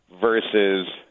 versus